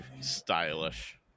stylish